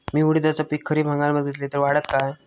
मी उडीदाचा पीक खरीप हंगामात घेतलय तर वाढात काय?